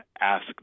ask